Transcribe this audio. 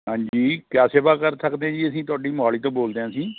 ਹਾਂਜੀ ਕਿਆ ਸੇਵਾ ਕਰ ਸਕਦੇ ਜੀ ਅਸੀਂ ਤੁਹਾਡੀ ਮੋਹਾਲੀ ਤੋਂ ਬੋਲਦੇ ਹਾਂ ਅਸੀਂ